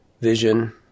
vision